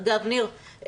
אגב ניר,